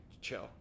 chill